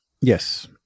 Yes